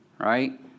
right